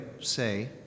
say